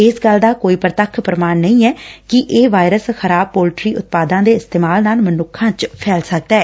ਇਸ ਗੱਲ ਦਾ ਕੋਈ ਪ੍ਰਤੱਖ ਪ੍ਰਮਾਣ ਨਹੀ ਐ ਕਿ ਇਹ ਵਾਇਰਸ ਖ਼ਰਾਬ ਪੋਲਟਰੀ ਉਤਪਾਦਾਂ ਦੇ ਇਸਤੇਮਾਲ ਨਾਲ ਮਨੁੱਖਾਂ ਚ ਫੈਲ ਸਕਦਾ ਏ